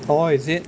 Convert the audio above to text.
orh is it